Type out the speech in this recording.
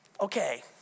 Okay